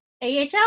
AHL